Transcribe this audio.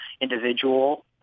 individual